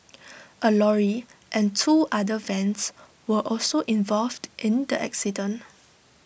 A lorry and two other vans were also involved in the accident